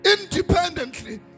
independently